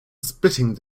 spitting